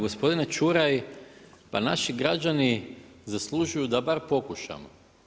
Gospodine Čuraj pa naši građani zaslužuju da bar pokušamo.